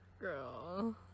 Girl